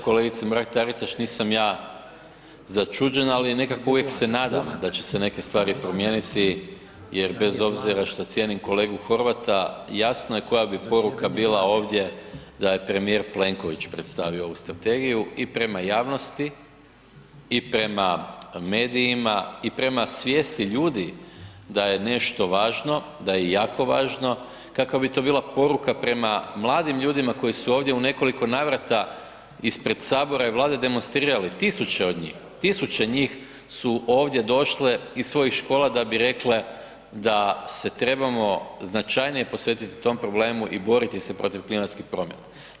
Hvala lijepo kolegice Mrak-Taritaš, nisam ja začuđen, ali nekako uvijek se nadam da će se neke stvari promijeniti jer bez obzira šta cijenim kolegu Horvata, jasno je koja bi poruka bila ovdje da je premijer Plenković predstavio ovu strategiju i prema javnosti i prema medijima i prema svijesti ljudi da je nešto važno, da je jako važno, kakva bi to bila poruka prema mladim ljudima koji su ovdje u nekoliko navrata ispred HS i Vlade demonstrirali, tisuće od njih, tisuće njih su ovdje došle iz svojih škola da bi rekle da se trebamo značajnije posvetiti tom problemu i boriti se protiv klimatskih promjena.